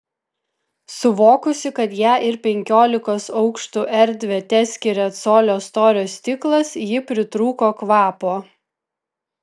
suvokusi kad ją ir penkiolikos aukštų erdvę teskiria colio storio stiklas ji pritrūko kvapo